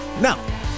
Now